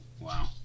Wow